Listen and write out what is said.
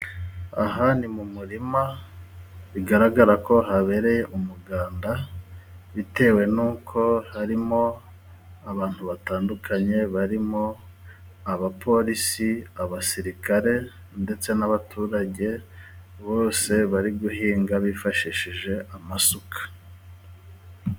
Aha ni mu murima bigaragara ko habereye umuganda bitewe n'uko harimo abantu batandukanye barimo abapolisi abasirikare ndetse n'abaturage bose bari guhinga bifashishije amasuka.